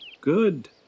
Good